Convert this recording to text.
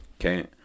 Okay